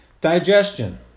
Digestion